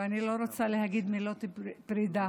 ואני לא רוצה להגיד "מילות פרידה",